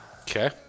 Okay